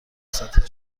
سطح